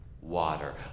water